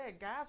guys